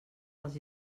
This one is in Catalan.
als